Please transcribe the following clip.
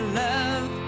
love